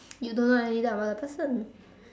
you don't know anything about the person